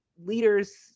leaders